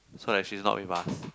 so that she's not with us